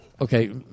Okay